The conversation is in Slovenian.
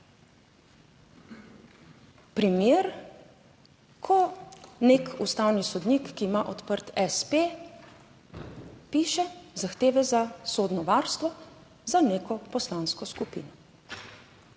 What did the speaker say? primer, ko nek ustavni sodnik, ki ima odprt espe, piše zahteve za sodno varstvo za neko poslansko skupino.